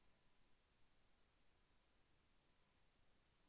వ్యవసాయ మార్కెటింగ్ రకాలు ఏమిటి?